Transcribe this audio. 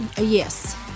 Yes